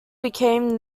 became